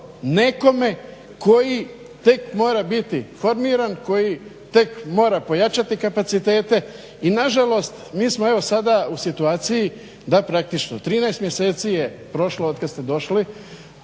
nekome koji tek mora biti formiran, koji tek mora pojačati kapacitete. I nažalost mi smo evo sada u situaciji da praktično 13 mjeseci je prošlo otkad ste došli,